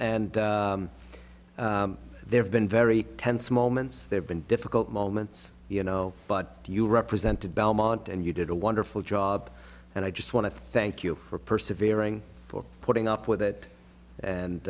and there have been very tense moments there been difficult moments you know but you represented belmont and you did a wonderful job and i just want to thank you for perseverance for putting up with that and